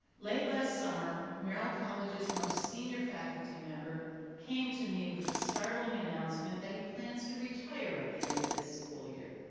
late last summer, merrill college s most senior faculty member came to me with the startling announcement that he plans to retire at the end of this school year.